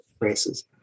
races